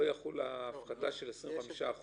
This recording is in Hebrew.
לא תחול הפחתה של 25%?